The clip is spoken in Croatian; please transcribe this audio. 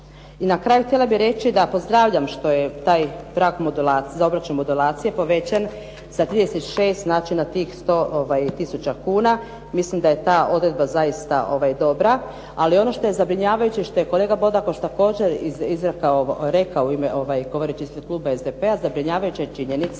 I na kraju htjela bih reći da pozdravljam što je taj prag za obračun modulacije povećan sa 36 znači na tih 100 tisuća kuna. Mislim da je ta odredba zaista dobra, ali ono što je zabrinjavajuće i ono što je kolega Bodakoš također izrekao govoreći u ispred kluba SDP-a zabrinjavajuća je činjenica